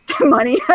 Money